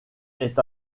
est